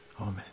Amen